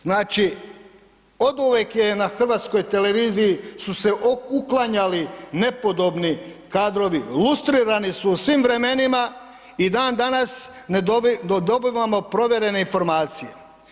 Znači oduvijek je na HTV-u su se uklanjali nepodobni kadrovi, lustrirani su u svim vremenima i dan danas ne dobivamo provjerene informacije.